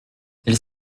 elles